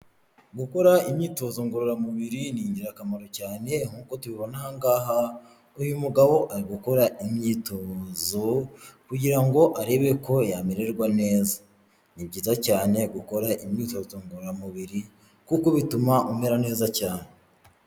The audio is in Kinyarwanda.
Gukora imyitozo ngororamubiri ni ingirakamaro cyane nkuko tubibona aha, uyu mugabo ari gukora imyitozo kugira ngo arebe ko yamererwa neza .Ni byiza cyane gukora imyitozo ngororamubiri kuko bituma umera neza cyane.